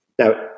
Now